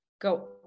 go